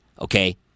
okay